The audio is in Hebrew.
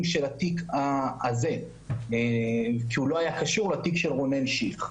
של התיק הזה כי הוא לא היה קשור לתיק של רונן שיך.